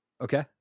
Okay